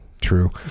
true